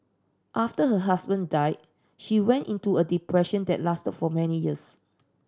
after her husband died she went into a depression that lasted for many years